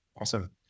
Awesome